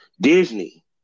Disney